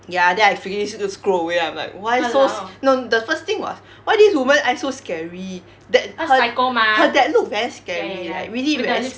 ya then I freakily sc~ scroll away I'm like why so no the first was why this woman's eyes so scary that her that look very scary like really very s~